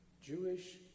Jewish